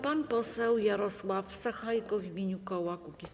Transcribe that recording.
Pan poseł Jarosław Sachajko w imieniu koła Kukiz’15.